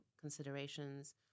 considerations